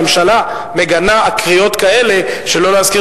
הממשלה מגנה קריאות כאלה שלא להשכיר